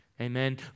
Amen